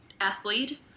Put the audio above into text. athlete